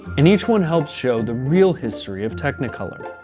and each one helps show the real history of technicolor.